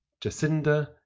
Jacinda